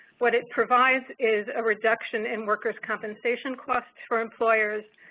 what it provides is a reduction in workers compensation costs for employers,